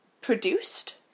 produced